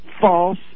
false